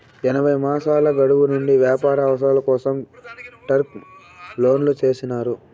ఎనభై మాసాల గడువు నుండి వ్యాపార అవసరాల కోసం టర్మ్ లోన్లు చేసినారు